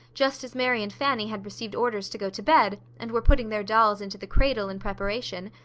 just as mary and fanny had received orders to go to bed, and were putting their dolls into the cradle in preparation,